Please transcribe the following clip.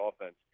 offense